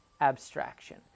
abstraction